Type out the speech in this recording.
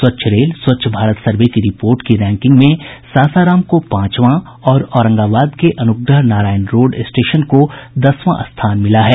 स्वच्छ rail Swachh Bharat survey की report की रैंकिंग में सासाराम को पांचवां और औरंगाबाद के अनुग्रह नारायण रोड स्टेशन को दसवां स्थान मिला है